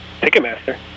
Ticketmaster